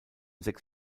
sechs